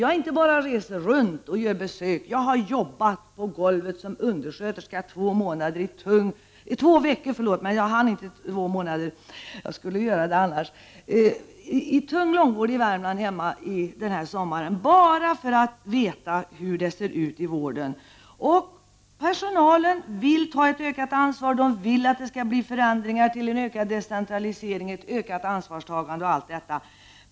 Jag har inte bara rest runt och gjort besök, jag har jobbat på golvet som undersköterska två veckor — jag hann inte jobba två månader men skulle ha gjort det annars— i tung långvård hemma i Värmland i somras, bara för att få veta hur det ser ut i vården. Personalen vill ta ett ökat ansvar — och vill att det skall bli förändringar i riktning mot ökad decentralisering, ökat ansvarstagande osv.